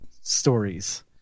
stories